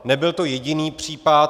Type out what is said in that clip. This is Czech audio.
Nebyl to jediný případ.